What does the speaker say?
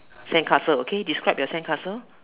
sandcastle okay describe your sandcastle